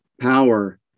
power